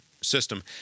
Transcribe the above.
system